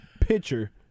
pitcher